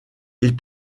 ils